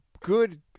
good